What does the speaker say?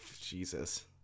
Jesus